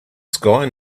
sky